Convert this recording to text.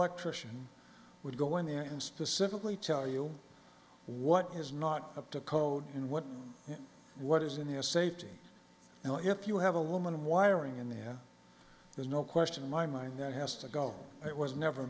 would go in there and specifically tell you what is not up to code and what what is in the air safety you know if you have a woman wiring in there there's no question in my mind that has to go it was never